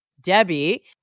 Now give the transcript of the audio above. Debbie